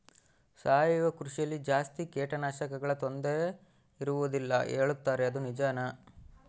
ಸಾವಯವ ಕೃಷಿಯಲ್ಲಿ ಜಾಸ್ತಿ ಕೇಟನಾಶಕಗಳ ತೊಂದರೆ ಇರುವದಿಲ್ಲ ಹೇಳುತ್ತಾರೆ ಅದು ನಿಜಾನಾ?